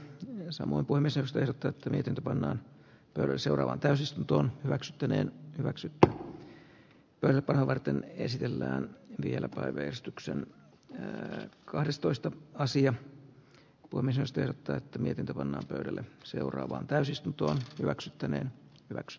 samoin puimisesta jotta se miten kunnan tulee seuraavaan täysistuntoon weckström ei hyväksytä pelkoa varten esitellään vieläpä veistoksen heidät kahdestoista asian tuomisesta ja täytti mietintöluonnos pöydälle seuraavaan täysistuntoon straksyttäneen weeks